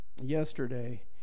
yesterday